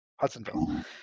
Hudsonville